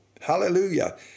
Hallelujah